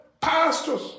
pastors